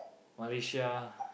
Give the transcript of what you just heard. Malaysia